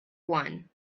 one